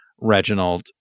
reginald